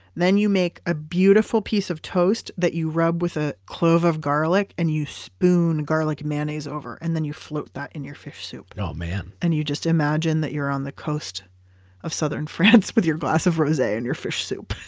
then you make a beautiful piece of toast, that you rub with a clove of garlic, and you spoon garlic mayonnaise over. and then you float that in your fish soup. and um and you just imagine that you're on the coast of southern france with your glass of rose and your fish soup